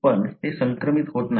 पण ते संक्रमित होत नाहीत